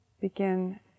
begin